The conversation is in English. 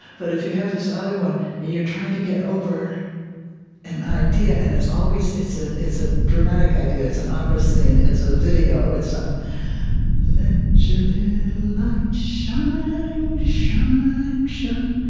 but if you have this other one, and you're trying to get over an idea and it's always it's ah it's a dramatic idea. it's an opera scene. it's a video. it's something let your little light shine, shine, shine.